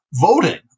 voting